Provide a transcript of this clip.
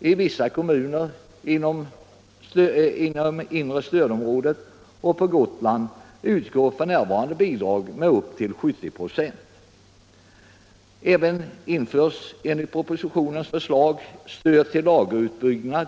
I vissa kommuner inom inre stödområdet och på Gotland utgår f.n. bidrag med upp till 70 96. Enligt propositionens förslag införs även stöd till lageruppbyggnad,